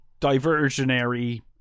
diversionary